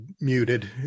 muted